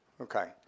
Okay